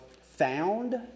Found